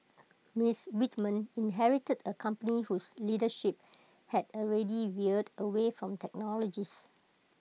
Mister Whitman inherited A company whose leadership had already veered away from technologists